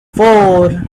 four